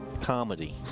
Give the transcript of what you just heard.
comedy